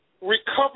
recover